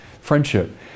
friendship